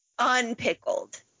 unpickled